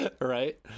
right